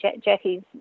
Jackie's